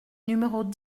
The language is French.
numéros